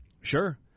Sure